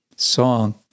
Song